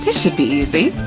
ah should be easy!